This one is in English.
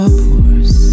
pores